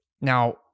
Now